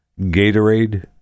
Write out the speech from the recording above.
Gatorade